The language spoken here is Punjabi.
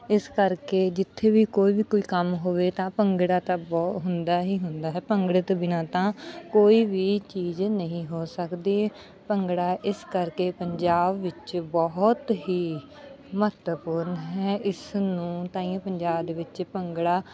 ਇਸ ਕਰਕੇ ਜਿੱਥੇ ਵੀ ਕੋਈ ਵੀ ਕੋਈ ਕੰਮ ਹੋਵੇ ਤਾਂ ਭੰਗੜਾ ਤਾਂ ਬਹੁਤ ਹੁੰਦਾ ਹੀ ਹੁੰਦਾ ਹੈ ਭੰਗੜੇ ਤੋਂ ਬਿਨਾਂ ਤਾਂ ਕੋਈ ਵੀ ਚੀਜ਼ ਨਹੀਂ ਹੋ ਸਕਦੀ ਭੰਗੜਾ ਇਸ ਕਰਕੇ ਪੰਜਾਬ ਵਿੱਚ ਬਹੁਤ ਹੀ ਮਹੱਤਵਪੂਰਨ ਹੈ ਇਸ ਨੂੰ ਤਾਹੀਓਂ ਪੰਜਾਬ ਦੇ ਵਿੱਚ ਭੰਗੜਾ